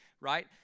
right